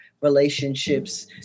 relationships